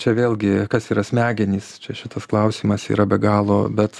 čia vėlgi kas yra smegenys čia šitas klausimas yra be galo bet